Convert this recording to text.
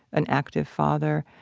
an active father,